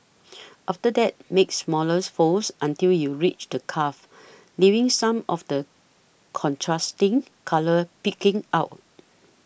after that make smaller folds until you reach the cuff leaving some of the contrasting colour peeking out